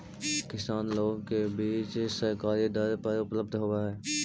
किसान लोग के बीज सरकारी दर पर उपलब्ध होवऽ हई